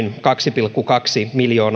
kaksi pilkku kaksi miljoonaa euroa